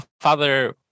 father